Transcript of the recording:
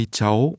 cháu